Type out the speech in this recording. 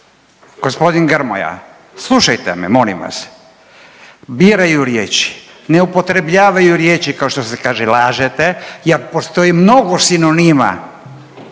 gospodin Grmoja slušajte me molim vas, biraju riječi. Ne upotrebljavaju riječi kao što se kaže lažete jer postoji mnogo sinonima.